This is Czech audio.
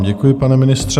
Děkuji vám, pane ministře.